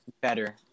better